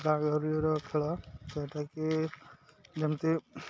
ଗାଁ ଖେଳ ଯେଉଁଟାକି ଯେମିତି